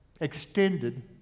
extended